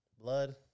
blood